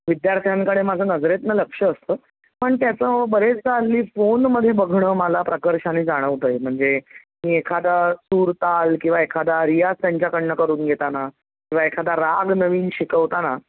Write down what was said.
विद्यार्थ्यांकडे माझं नजरेतनं लक्ष असतं पण त्याचं बरेचदा हल्ली फोनमध्ये बघणं मला प्रकर्षाने जाणवतं आहे म्हणजे मी एखादा सुरताल किंवा एखादा रियाज त्यांच्याकडनं करून घेताना किंवा एखादा राग नवीन शिकवताना